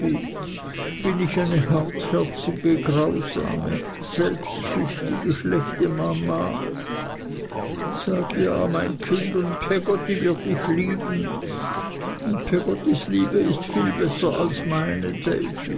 bin ich eine hartherzige grausame selbstsüchtige schlechte mama sag ja mein kind und peggotty wird dich lieben und peggottys liebe ist viel besser als meine